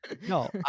No